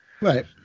Right